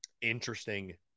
interesting